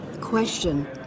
Question